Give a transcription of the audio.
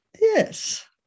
yes